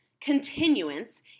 continuance